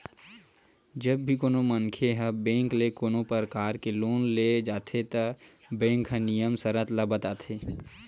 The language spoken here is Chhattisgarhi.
जब भी कोनो मनखे ह कोनो बेंक ले कोनो परकार के लोन ले जाथे त बेंक ह नियम सरत ल बताथे